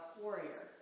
warrior